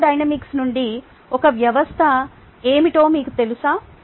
thermodynamics నుండి ఒక వ్యవస్థ ఏమిటో మీకు తెలుసా